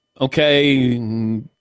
okay